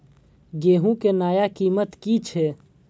गेहूं के नया कीमत की छे?